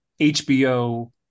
HBO